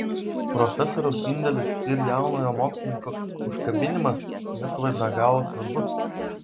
profesoriaus indelis ir jaunojo mokslininko užkabinimas lietuvai be galo svarbus